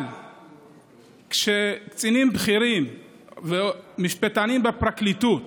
אבל כשקצינים בכירים ומשפטנים בפרקליטות